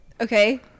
Okay